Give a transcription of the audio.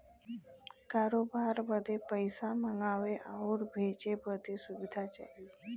करोबार बदे पइसा मंगावे आउर भेजे बदे सुविधा चाही